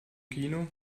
kino